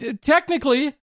technically